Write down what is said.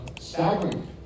staggering